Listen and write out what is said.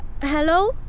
Hello